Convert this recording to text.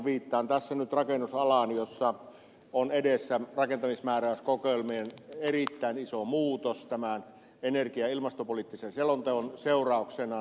viittaan tässä nyt rakennusalaan jossa on edessä rakentamismääräyskokoelmien erittäin iso muutos tämän energia ja ilmastopoliittisen selonteon seurauksena